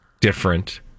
different